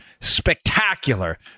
spectacular